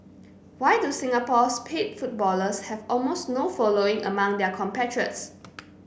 why do Singapore's paid footballers have almost no following among their compatriots